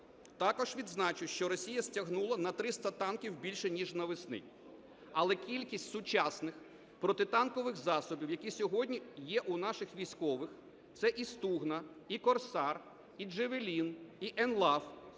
Також відзначу, що Росія стягнула на 300 танків більше ніж на весні, але кількість сучасних протитанкових засобів, які сьогодні є у наших військових – це і "Стугна", і "Корсар", і "Джавелін", і Enclave